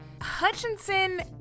Hutchinson